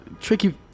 Tricky